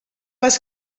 les